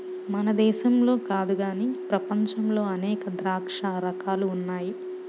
మన దేశంలో కాదు గానీ ప్రపంచంలో అనేక ద్రాక్ష రకాలు ఉన్నాయి